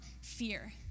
fear